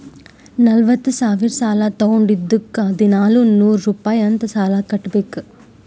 ನಲ್ವತ ಸಾವಿರ್ ಸಾಲಾ ತೊಂಡಿದ್ದುಕ್ ದಿನಾಲೂ ನೂರ್ ರುಪಾಯಿ ಅಂತ್ ಸಾಲಾ ಕಟ್ಬೇಕ್